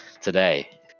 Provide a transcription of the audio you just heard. today